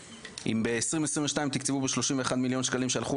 ב-2022 תקצבו ב-31 מיליון שקלים שהלכו